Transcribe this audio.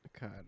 God